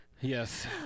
Yes